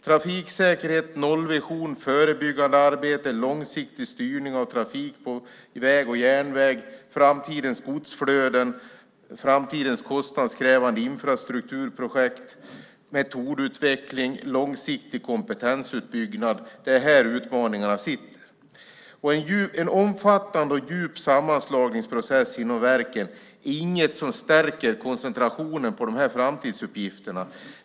Trafiksäkerhet, nollvision, förebyggande arbete, långsiktig styrning av trafik på väg och järnväg, framtidens godsflöden, framtidens kostnadskrävande infrastrukturprojekt, metodutveckling och långsiktig kompetensutbyggnad - det är här utmaningarna finns. En omfattande och djup sammanslagningsprocess inom verken är inget som stärker koncentrationen på de här framtidsuppgifterna.